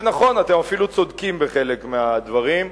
ונכון, אתם אפילו צודקים בחלק מהדברים,